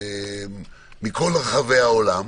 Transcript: מכל רחבי העולם.